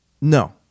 No